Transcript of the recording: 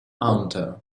hunter